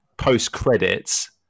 post-credits